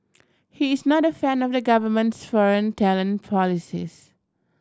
he is not a fan of the government's foreign talent policies